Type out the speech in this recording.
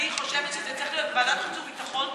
אני חושבת שזה צריך להיות בוועדת חוץ וביטחון,